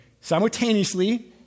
simultaneously